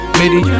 midi